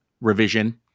revision